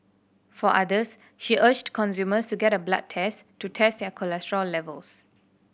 for others she urged consumers to get a blood test to test their cholesterol levels